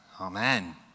amen